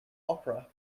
opera